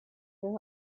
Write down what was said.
ost